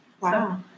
Wow